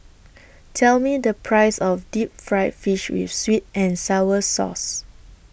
Tell Me The Price of Deep Fried Fish with Sweet and Sour Sauce